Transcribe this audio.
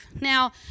Now